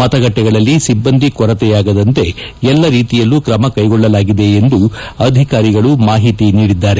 ಮತಗಟ್ಟಿಗಳಲ್ಲಿ ಸಿಬ್ಬಂದಿ ಕೊರತೆ ಆಗದಂತೆ ಎಲ್ಲಾ ರೀತಿಯಲ್ಲೂ ಕ್ರಮ ಕೈಗೊಳ್ಳಲಾಗಿದೆ ಎಂದು ಅಧಿಕಾರಿಗಳು ಮಾಹಿತಿ ನೀದಿದ್ದಾರೆ